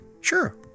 sure